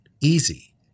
easy